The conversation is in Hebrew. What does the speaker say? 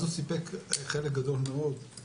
אז הוא סיפק חלק גדול מאוד,